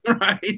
Right